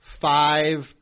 five